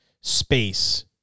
space